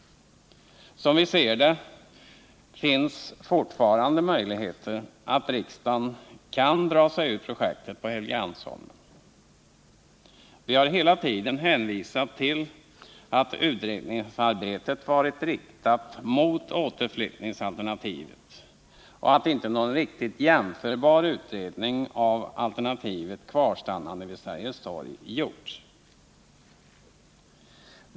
Som vi ser det finns fortfarande möjligheten att riksdagen kan dra sig ur projektet på Helgeandsholmen. Vi har hela tiden hänvisat till att utredningsarbetet varit riktat mot återflyttningsalternativet och att inte någon riktigt jämförbar utredning av alternativet kvarstannande vid Sergels torg har gjorts.